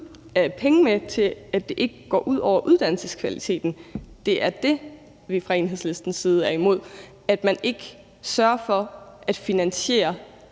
penge med til, at det ikke går ud over uddannelseskvaliteten. Det er det, vi fra Enhedslistens side er imod, altså at man ikke sørger for at finansiere